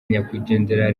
nyakwigendera